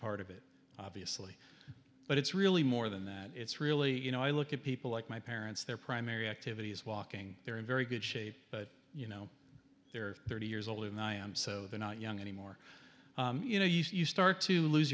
part of it obviously but it's really more than that it's really you know i look at people like my parents their primary activity is walking they're in very good shape but you know they're thirty years older than i am so they're not young anymore you know you start to lose